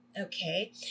Okay